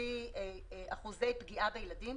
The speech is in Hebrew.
לפי אחוזי פגיעה בילדים.